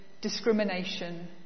discrimination